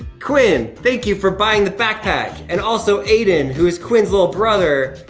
quinn, thank you for buying the backpack, and also, aiden, who is quinn's little brother.